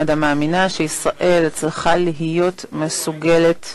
שרה נתניהו, שרי הממשלה,